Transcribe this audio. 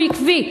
והוא עקבי,